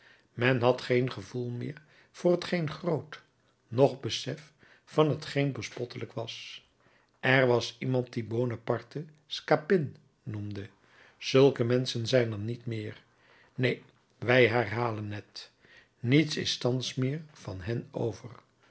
men had geen gevoel meer voor hetgeen groot noch besef van t geen bespottelijk was er was iemand die bonaparte scapin noemde zulke menschen zijn er niet meer neen wij herhalen het niets is thans meer van hen over